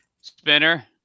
Spinner